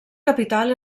capital